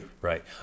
Right